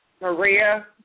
Maria